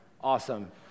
awesome